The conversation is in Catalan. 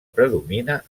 predomina